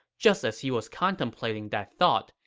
just as he was contemplating that thought,